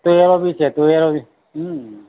તુવેરો બી છે તુવેરો બી હમ્મ